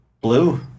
Blue